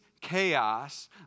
chaos